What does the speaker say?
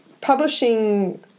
publishing